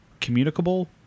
communicable